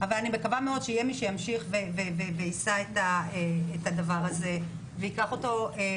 שיהיה מי שימשיך ויישא את הדבר הזה הלאה.